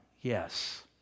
Yes